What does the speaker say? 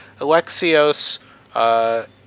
Alexios